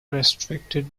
restricted